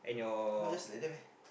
not just like that meh